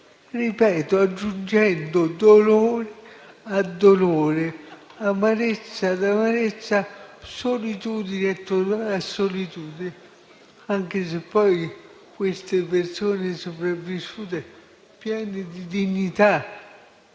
pulite, aggiungendo dolore a dolore, amarezza ad amarezza, solitudine a solitudine, anche se poi queste persone sopravvissute, piene di dignità,